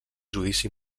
judici